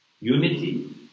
unity